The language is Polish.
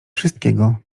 wszystkiego